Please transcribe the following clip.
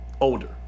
older